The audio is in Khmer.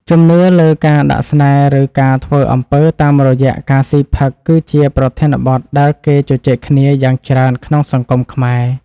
ជំនឿលើការដាក់ស្នេហ៍ឬការធ្វើអំពើតាមរយៈការស៊ីផឹកគឺជាប្រធានបទដែលគេជជែកគ្នាយ៉ាងច្រើនក្នុងសង្គមខ្មែរ។